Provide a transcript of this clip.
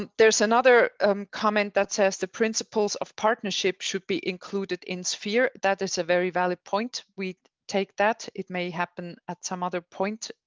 there's another um comment that says the principles of partnership should be included in sphere. that is a very valid point. we take that. it may happen at some other point.